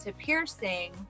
piercing